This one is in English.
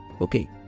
okay